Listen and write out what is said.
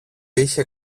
είχε